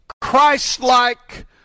Christ-like